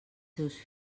seus